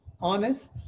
honest